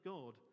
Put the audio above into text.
God